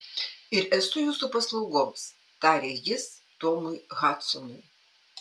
ir esu jūsų paslaugoms tarė jis tomui hadsonui